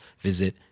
visit